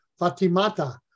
Fatimata